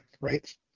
Right